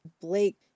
Blake